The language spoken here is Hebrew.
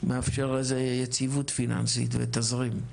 מאפשר איזו שהיא יציבות פיננסית או תזרים.